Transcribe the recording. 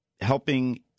helping